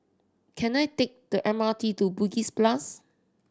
can I take the M R T to Bugis plus